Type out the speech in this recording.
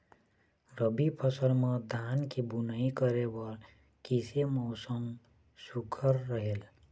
रबी फसल म धान के बुनई करे बर किसे मौसम सुघ्घर रहेल?